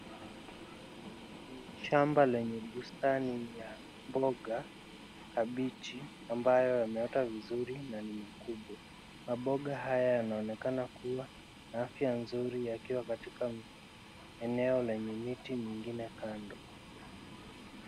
Ni shamba lenye bustani ya mboga, kabiji ambayo yameota vizuri na ni makubwa. Maboga haya yanaonekana kuwa na afya nzuri yakiwa katika eneo lenye miti mingine kando.